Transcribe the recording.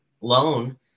loan